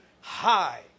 High